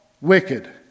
wicked